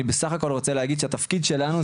אני בסך הכל רוצה להגיד שהתפקיד של כולנו,